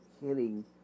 hitting